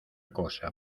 cosa